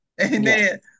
Amen